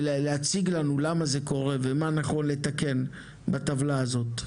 ולהציג לנו למה זה קורה ומה נכון לתקן בטבלה הזו.